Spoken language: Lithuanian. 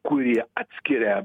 kurie atskiria